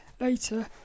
later